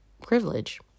privilege